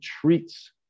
treats